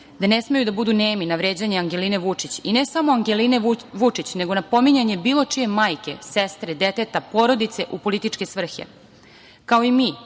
da ne smeju da budu nemi na vređanje Angeline Vučić. I ne samo Angeline Vučić, nego na pominjanje bilo čije majke, sestre, deteta, porodice u političke svrhe. Kao i mi,